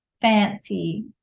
fancy